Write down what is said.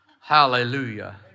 Hallelujah